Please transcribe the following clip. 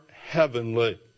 heavenly